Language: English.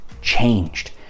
changed